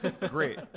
Great